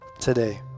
today